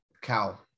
cow